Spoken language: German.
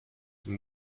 den